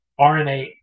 RNA